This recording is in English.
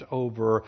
over